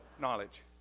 knowledge